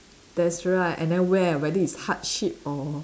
that's right and then where whether it's hardship or